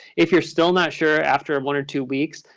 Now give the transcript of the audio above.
if you're still not sure after one or two weeks,